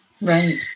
right